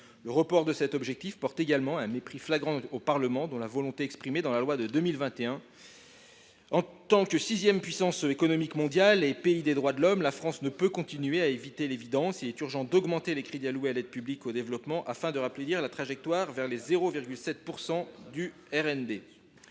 Le report de cet objectif témoigne d’un mépris flagrant envers le Parlement dont la volonté s’est exprimée dans la loi de 2021. En tant que sixième puissance économique mondiale et pays des droits de l’homme, la France ne peut pas continuer à éviter l’évidence. Il est urgent d’augmenter les crédits alloués à l’aide publique au développement afin de rétablir la trajectoire vers l’objectif de 0,7 % du RNB.